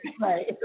Right